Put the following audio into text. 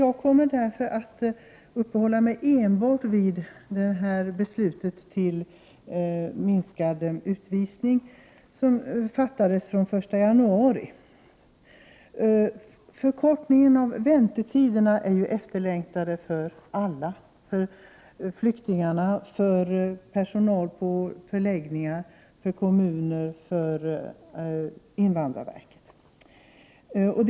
Jag kommer därför enbart att uppehålla mig vid beslutet som fattades om minskad utvisning från den 1 januari. Förkortningen av väntetiderna är efterlängtad av alla, för flyktingar, för personalen på förläggningarna, för kommuner och för invandrarverket.